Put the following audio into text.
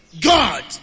God